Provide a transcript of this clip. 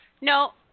No